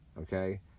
okay